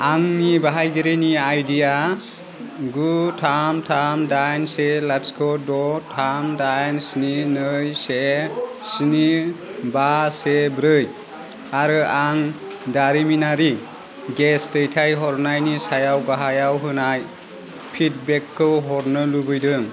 आंनि बाहायगिरिनि आइडिया गु थाम थाम दाइन से लाथिख' द' थाम दाइन स्नि नै से स्नि बा से ब्रै आरो आं दारिमिनारि गेस दैथायहरनायनि सायाव बाहायाव होनाय फिडबेकखौ हरनो लुबैदों